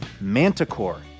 Manticore